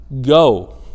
Go